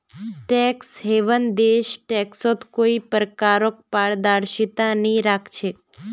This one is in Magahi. टैक्स हेवन देश टैक्सत कोई प्रकारक पारदर्शिता नइ राख छेक